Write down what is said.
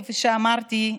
כפי שאמרתי,